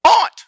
aunt